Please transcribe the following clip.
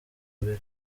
abiri